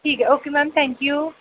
ठीक ऐ okay ma'am thank U